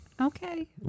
Okay